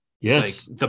Yes